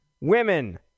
women